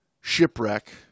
shipwreck